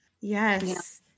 Yes